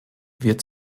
wird